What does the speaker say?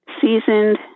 seasoned